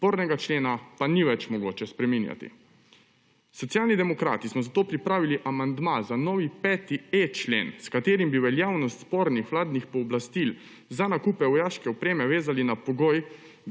spornega člena pa ni več mogoče spreminjati. Socialni demokrati smo zato pripravili amandma za novi 5.e člen, s katerim bi veljavnost spornih vladnih pooblastil za nakupe vojaške opreme vezali na pogoj,